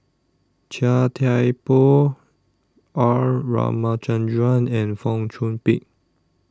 Chia Thye Poh R Ramachandran and Fong Chong Pik